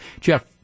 Jeff